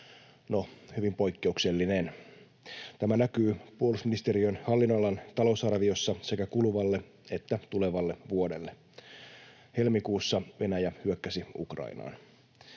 hyvin poikkeuksellinen. Tämä näkyy puolustusministeriön hallinnonalan talousarviossa sekä kuluvalle että tulevalle vuodelle. Helmikuussa Venäjä hyökkäsi Ukrainaan.